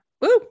Woo